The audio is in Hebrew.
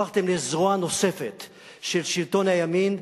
הפכתם לזרוע נוספת של שלטון הימין.